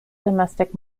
domestic